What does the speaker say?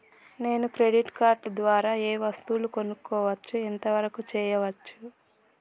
నేను credit card ద్వారా ఏం వస్తువులు కొనుక్కోవచ్చు ఎంత వరకు చేయవచ్చు?